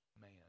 man